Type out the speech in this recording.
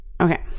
okay